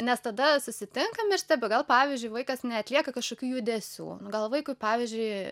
nes tada susitinkam ir stebiu gal pavyzdžiui vaikas neatlieka kažkokių judesių nu gal vaikui pavyzdžiui